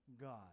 God